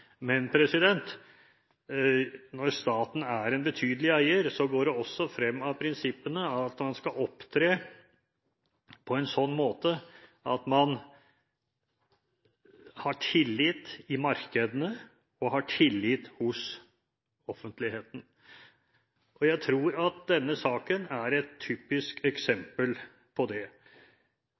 men når staten er en betydelig eier, går det også frem av prinsippene at man skal opptre på en slik måte at man har tillit i markedene og har tillit hos offentligheten. Jeg tror at denne saken er et typisk eksempel på det.